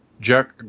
Jack